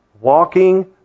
walking